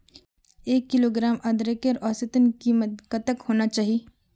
एक किलोग्राम अदरकेर औसतन कीमत कतेक होना चही?